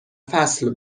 فصل